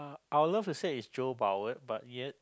I would love to say it's but yet